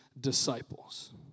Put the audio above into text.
disciples